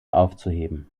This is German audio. aufzuheben